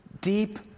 deep